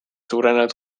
suurenenud